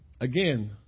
Again